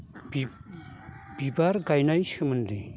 बिबार गायनायनि सोमोन्दै